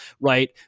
right